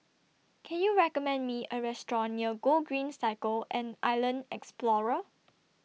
Can YOU recommend Me A Restaurant near Gogreen Cycle and Island Explorer